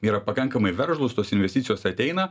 yra pakankamai veržlūs tos investicijos ateina